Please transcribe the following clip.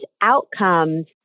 outcomes